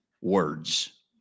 words